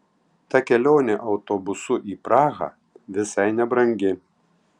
ta kelionė autobusu į prahą visai nebrangi